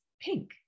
pink